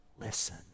listen